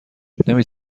نمی